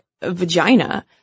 vagina